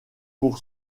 pour